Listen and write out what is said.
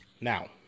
now